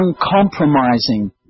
uncompromising